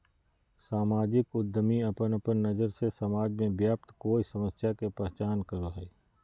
सामाजिक उद्यमी अपन अपन नज़र से समाज में व्याप्त कोय समस्या के पहचान करो हइ